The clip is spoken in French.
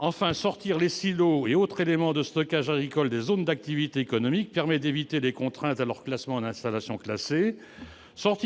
Enfin, sortir les silos et autres éléments de stockage agricoles des zones d'activité économique permet d'éviter les contraintes liées à leur affectation en installation classée. Dans